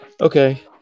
Okay